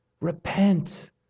Repent